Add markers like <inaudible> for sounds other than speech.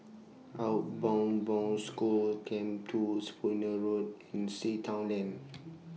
Outward Bound School Camp two Spooner Road and Sea Town Lane <noise>